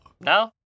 No